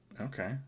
Okay